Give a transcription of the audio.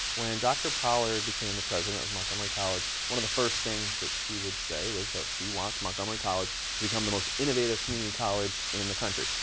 when dr pollard became the president of montgomery college, one of the first things that she would say was that she wants montgomery college to become the most innovative community college in the country.